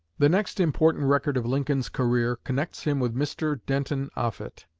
the next important record of lincoln's career connects him with mr. denton offutt.